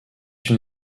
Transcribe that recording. une